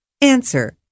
Answer